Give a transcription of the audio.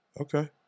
Okay